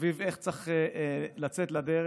סביב איך צריך לצאת לדרך,